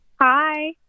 Hi